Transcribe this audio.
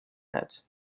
note